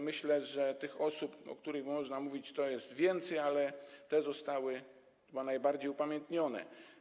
Myślę, że osób, o których można mówić, jest więcej, ale te zostały chyba najbardziej upamiętnione.